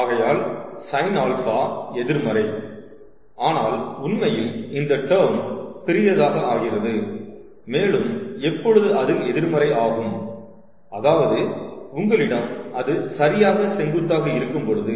ஆகையால் sin α எதிர்மறை ஆனால் உண்மையில் இந்த டெர்ம் பெரியதாக ஆகிறது மேலும் எப்பொழுது அது எதிர்மறை ஆகும் அதாவது உங்களிடம் அது சரியாக செங்குத்தாக இருக்கும் பொழுது